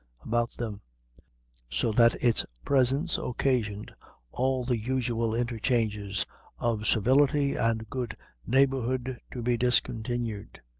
about them so that its presence occasioned all the usual interchanges of civility and good neighborhood to be discontinued.